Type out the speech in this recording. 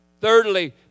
Thirdly